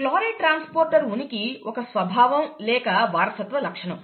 chloride transporter ఉనికి ఒక స్వభావం లేక వారసత్వ లక్షణం